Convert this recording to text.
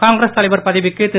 காங்கிரஸ் தலைவர் பதவிக்கு திரு